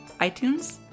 iTunes